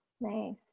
nice